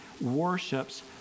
worships